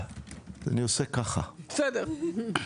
אני עושה ככה בראש.